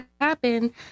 happen